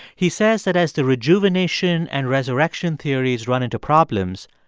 he says that as the rejuvenation and resurrection theories run into problems,